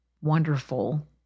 wonderful